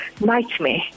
nightmare